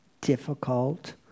difficult